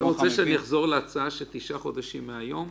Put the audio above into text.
אתה רוצה שאני אחזור להצעה של תשעה חודשים מהיום?